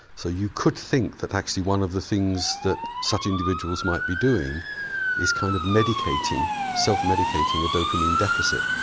so you could think that actually one of the things that such individuals might be doing is kind of medicating, self-medicating a dopamine deficit.